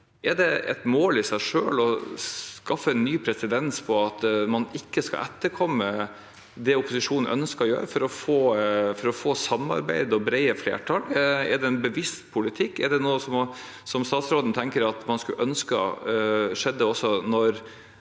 Er det et mål i seg selv å skaffe en ny presedens om at man ikke skal etterkomme det opposisjonen ønsker å gjøre for å få samarbeid og brede flertall? Er det en bevisst politikk? Er det noe som statsråden tenker at man skulle ønske også når